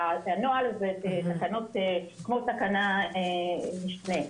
והנוהל הזה כמו תקנת משנה,